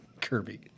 Kirby